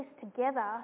together